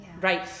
Right